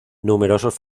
numerosos